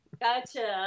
Gotcha